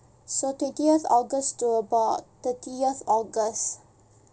so twentieth august to about thirtieth august